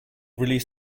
release